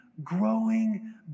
growing